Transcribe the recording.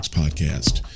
podcast